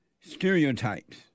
stereotypes